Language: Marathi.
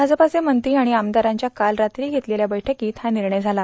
भाजपाचे मंत्री आणि आमदारांच्या काल रात्री क्षेतलेल्या बैठकित झ निर्णय झाला